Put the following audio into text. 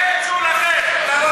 תתביישו לכם.